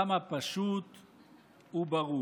כמה פשוט וברור.